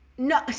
No